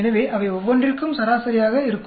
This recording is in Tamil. எனவே அவை ஒவ்வொன்றிற்கும் சராசரியாக இருக்கும்